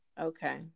Okay